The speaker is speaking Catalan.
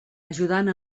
ajudant